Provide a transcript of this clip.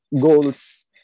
goals